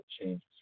changes